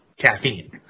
Caffeine